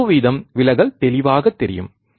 slew வீதம் விலகல் தெளிவாகத் தெரியும்